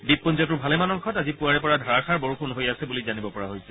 দ্বীপপুঞ্জটোৰ ভালেমান অংশত আজি পুৱাৰে পৰা ধাৰাষাৰ বৰষূণ হৈ আছে বুলি জানিব পৰা হৈছে